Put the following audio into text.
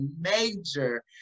major